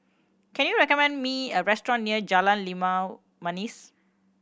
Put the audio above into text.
can you recommend me a restaurant near Jalan Limau Manis